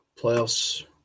playoffs